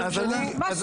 הממשלה?